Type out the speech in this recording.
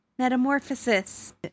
metamorphosis